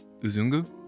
Uzungu